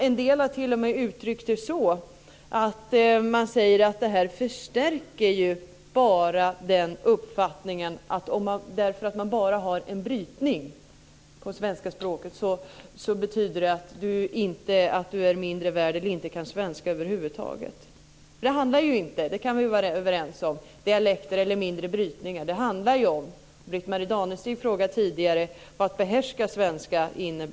En del har t.o.m. sagt att det här förstärker uppfattningen att bara detta att man talar svensk med brytning betyder att man är mindre värd eller inte kan svenska över huvud taget. Vi kan väl vara överens om att det inte handlar om dialekter eller mindre brytningar. Britt-Marie Danestig frågade tidigare vad begreppet att behärska svenska innebär.